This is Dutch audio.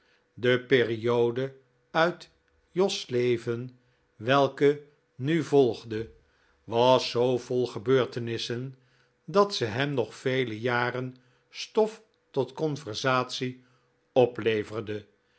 de periode uit jos leven welke nu volgde was zoo vol gebeurtenissen dat ze hem nog vele jaren stof tot conversatie opleverde